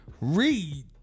read